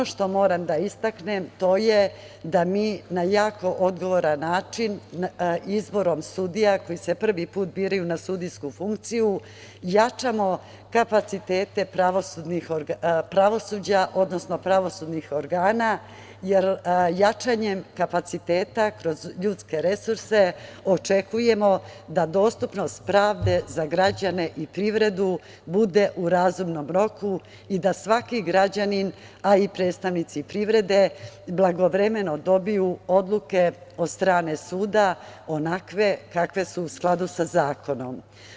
Moram da istaknem da mi na jako odgovoran način izborom sudija, koji se prvi put biraju na sudijsku funkciju, jačamo kapacitete pravosuđa, odnosno pravosudnih organa, jer jačanjem kapaciteta kroz ljudske resurse očekujemo da dostupnost pravde za građane i privredu bude u razumnom roku i da svaki građanin, a i predstavnici privrede blagovremeno dobiju odluke od strane suda, onakve kakve su u skladu sa zakonom.